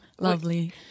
Lovely